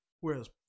whereas